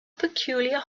peculiar